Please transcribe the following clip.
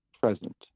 present